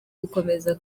gukomeza